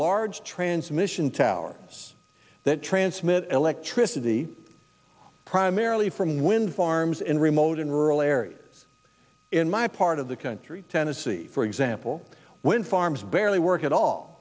large transmission towers that transmit elektra city primarily from wind farms in remote and rural areas in my part of the country tennessee for example wind farms barely work at all